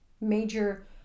major